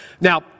Now